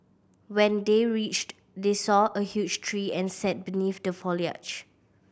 when they reached they saw a huge tree and sat beneath the foliage